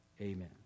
Amen